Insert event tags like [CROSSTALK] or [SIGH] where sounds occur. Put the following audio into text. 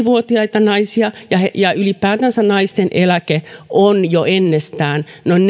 [UNINTELLIGIBLE] vuotiaita naisia ja ylipäätänsä naisten eläke on jo ennestään keskimäärin noin [UNINTELLIGIBLE]